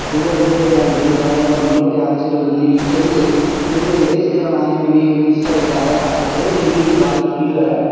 دھیرے دھیرے پھر انگریز آئے اور مغلوں کے ہاتھ سے جب دلی چلی گئی پھر بھی انگریز کے زمانے میں بھی انیس سو اگیارہ سال سے دلی ہی بھارت کی جو ہے